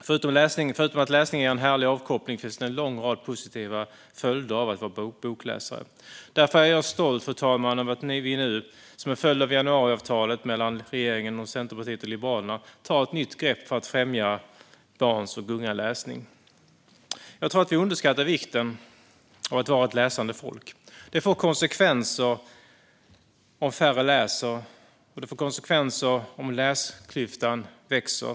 Förutom att läsning ger en härlig avkoppling finns en lång rad positiva följder av att vara en bokläsare. Därför är jag stolt, fru talman, över att vi nu som en följd av januariavtalet mellan regeringen, Centerpartiet och Liberalerna tar ett nytt grepp för att främja barns och ungas läsning. Jag tror att vi underskattar vikten av att vara ett läsande folk. Det får konsekvenser om färre läser, och det får konsekvenser om läsklyftan växer.